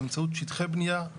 באמצעות שטחי בנייה,